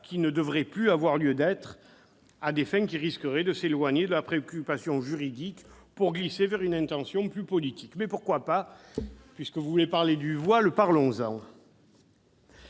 qui ne devrait plus avoir lieu d'être, à des fins qui risqueraient de s'éloigner de la préoccupation juridique pour glisser vers une intervention plus politique. Pourquoi pas ? Puisque vous voulez parler du voile, parlons-en